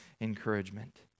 encouragement